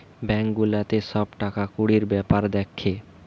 bank গুলাতে সব টাকা কুড়ির বেপার দ্যাখে